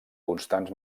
constants